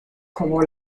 como